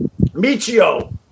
Michio